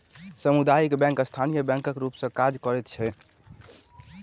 सामुदायिक बैंक स्थानीय बैंकक रूप मे काज करैत अछि